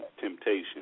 temptation